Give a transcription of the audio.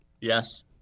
Yes